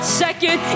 second